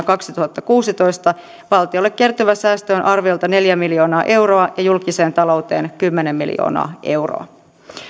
kaksituhattakuusitoista valtiolle kertyvä säästö on arviolta neljä miljoonaa euroa ja julkiseen talouteen kymmenen miljoonaa euroa